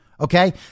Okay